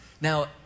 Now